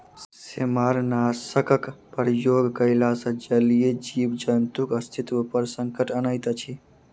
सेमारनाशकक प्रयोग कयला सॅ जलीय जीव जन्तुक अस्तित्व पर संकट अनैत अछि